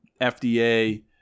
FDA